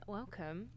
Welcome